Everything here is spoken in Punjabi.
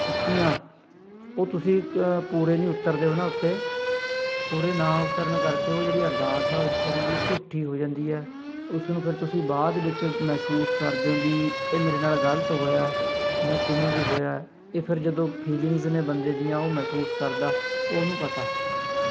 ਕੀਤੀਆਂ ਉਹ ਤੁਸੀਂ ਪੂਰੇ ਨਹੀਂ ਉਤਰਦੇ ਉਹਨਾਂ ਉੱਤੇ ਪੂਰੇ ਨਾਂ ਉਤਰਨ ਕਰਕੇ ਉਹ ਜਿਹੜੀ ਅਰਦਾਸ ਹੈ ਉਹ ਇਕ ਤਰ੍ਹਾਂ ਦੀ ਝੂਠੀ ਹੋ ਜਾਂਦੀ ਹੈ ਉਸ ਨੂੰ ਫਿਰ ਤੁਸੀਂ ਬਾਅਦ ਵਿਚ ਮਹਿਸੂਸ ਕਰਦੇ ਹੋ ਵੀ ਇਹ ਮੇਰੇ ਨਾਲ ਗਲਤ ਹੋਇਆ ਜਾਂ ਕਿਵੇਂ ਵੀ ਹੋਇਆ ਇਹ ਫਿਰ ਜਦੋਂ ਫੀਲਿੰਗਸ ਨੇ ਬੰਦੇ ਦੀਆਂ ਉਹ ਮਹਿਸੂਸ ਕਰਦਾ ਉਹ ਉਹਨੂੰ ਪਤਾ